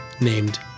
named